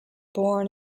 born